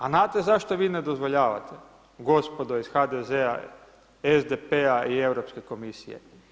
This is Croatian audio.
A znate zašto vi ne dozvoljavate, gospodo iz HDZ-a, SDP-a i Europske komisije?